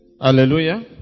hallelujah